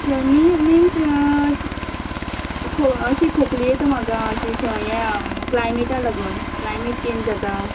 थंडी मिन्स खो अशी खोकली येता म्हाका अशें ये क्लायमेटाक लागोन क्लायमेट चेंज जाता